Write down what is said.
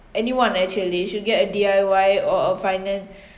anyone actually should get a D_I_Y or a financial